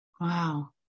Wow